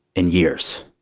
in years,